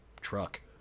truck